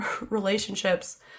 relationships